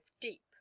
deep